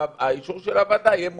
ואז האישור של הוועדה יהיה מותנה.